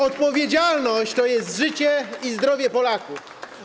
Odpowiedzialność to jest życie i zdrowie Polaków.